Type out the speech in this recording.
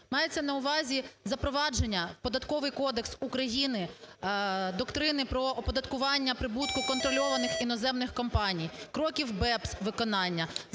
Мається на увазі запровадження у Податковий кодекс України доктрини про оподаткування прибутку контрольованих іноземних компаній, кроків BEPS виконання,